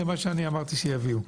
זה מה שאמרתי שיביאו.